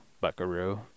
Buckaroo